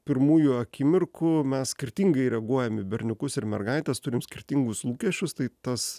pirmųjų akimirkų mes skirtingai reaguojam į berniukus ir mergaites turim skirtingus lūkesčius tai tas